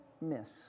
miss